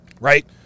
Right